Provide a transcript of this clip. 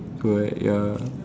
correct ya